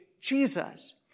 Jesus